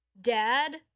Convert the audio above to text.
Dad